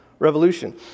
revolution